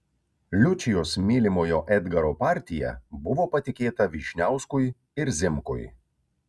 liučijos mylimojo edgaro partija buvo patikėta vyšniauskui ir zimkui